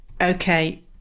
Okay